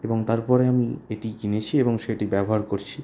এবং তারপরে আমি এটি কিনেছি এবং সেটি ব্যবহার করছি